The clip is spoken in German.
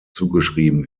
zugeschrieben